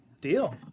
Deal